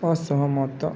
ଅସହମତ